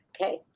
Okay